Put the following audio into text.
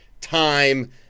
time